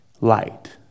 light